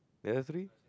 the other three